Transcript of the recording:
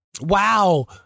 Wow